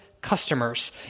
customers